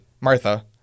Martha